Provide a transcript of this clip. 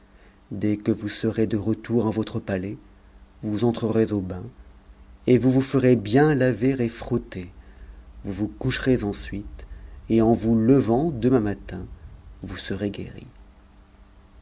dès que vous serez de retour en votre palais vous entrerez au bain et vous vous ferez bien laver et frotter vous vous coucherez ensuite et en vous levant demain matin vous serez guéri